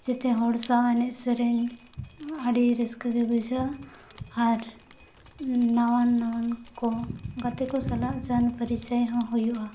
ᱡᱚᱛᱚ ᱦᱚᱲ ᱥᱟᱶ ᱮᱱᱮᱡᱼᱥᱮᱨᱮᱧ ᱟᱹᱰᱤ ᱨᱟᱹᱥᱠᱟᱹᱜᱮ ᱵᱩᱡᱷᱟᱹᱜᱼᱟ ᱟᱨ ᱱᱟᱣᱟᱱᱼᱱᱟᱣᱟᱱ ᱠᱚ ᱜᱟᱛᱮ ᱠᱚ ᱥᱟᱞᱟᱜ ᱡᱟᱱ ᱯᱟᱨᱤᱪᱟᱭ ᱦᱚᱸ ᱦᱩᱭᱩᱜᱼᱟ